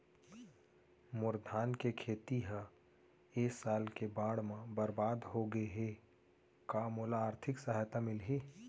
मोर धान के खेती ह ए साल के बाढ़ म बरबाद हो गे हे का मोला आर्थिक सहायता मिलही?